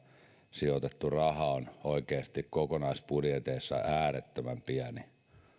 sijoitettu raha on oikeasti kokonaisbudjeteissa äärettömän pieni